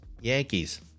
Yankees